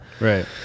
right